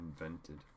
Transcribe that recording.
invented